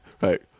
right